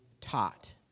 taught